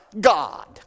God